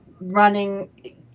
running